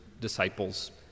disciples